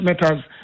matters